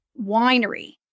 Winery